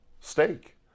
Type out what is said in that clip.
steak